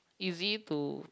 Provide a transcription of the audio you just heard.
easy to